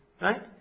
Right